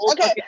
Okay